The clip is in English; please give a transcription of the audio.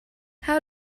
how